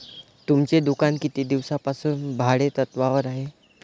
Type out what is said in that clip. तुमचे दुकान किती दिवसांपासून भाडेतत्त्वावर आहे?